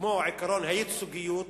כמו עקרון הייצוגיות.